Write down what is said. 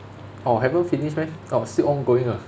orh haven't finish meh orh still ongoing ah